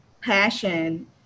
passion